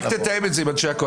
רק תתאם את זה עם אנשי הקואליציה,